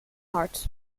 hard